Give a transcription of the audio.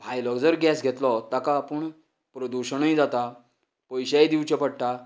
भायलो जर गॅस घेतलो ताका पूण प्रदुशणूय जाता पयशेय दिवचे पडटात